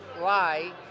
lie